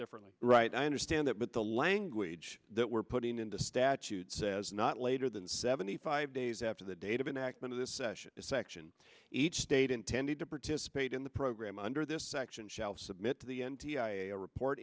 differently right i understand that but the language that we're putting into statute says not later than seventy five days after the date of an act of this session is section each state intended to participate in the program under this section shall submit to the n t i a a report